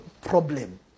problem